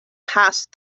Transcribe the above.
passed